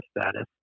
status